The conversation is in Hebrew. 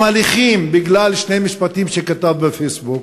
הליכים בגלל שני משפטים שכתב בפייסבוק,